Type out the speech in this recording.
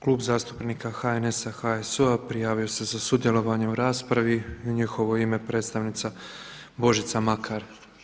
Klub zastupnika HNS-a, HSU-a prijavio se za sudjelovanje u raspravi i u njihovo ime predstavnica Božica Makar.